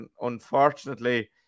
Unfortunately